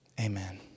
Amen